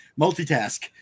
multitask